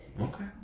Okay